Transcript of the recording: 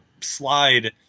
slide